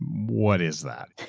what is that?